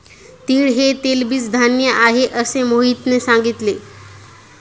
तीळ हे तेलबीज धान्य आहे, असे मोहितने सांगितले